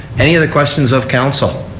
any other questions of council?